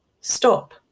stop